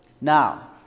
Now